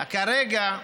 כרגע,